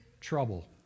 trouble